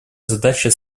задача